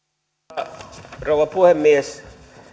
arvoisa rouva puhemies